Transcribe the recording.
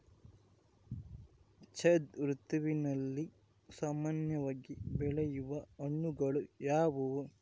ಝೈಧ್ ಋತುವಿನಲ್ಲಿ ಸಾಮಾನ್ಯವಾಗಿ ಬೆಳೆಯುವ ಹಣ್ಣುಗಳು ಯಾವುವು?